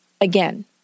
Again